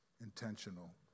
intentional